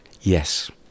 Yes